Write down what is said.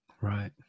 Right